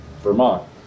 Vermont